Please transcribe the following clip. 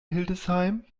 hildesheim